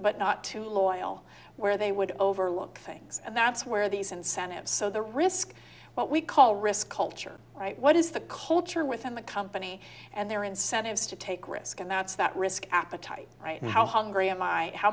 but not too loyal where they would overlook things and that's where these incentives so the risk what we call risk culture right what is the culture within the company and their incentives to take risk and that's that risk appetite right now how hungry and my how